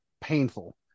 painful